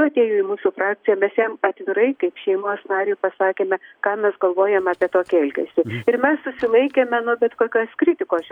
atėjo į mūsų frakciją visiems atvirai kaip šeimos nariui pasakėme ką mes galvojam apie tokį elgesį ir mes susilaikėme nuo bet kokios kritikos